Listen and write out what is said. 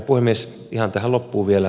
ihan tähän loppuun vielä